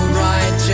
right